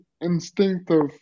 instinctive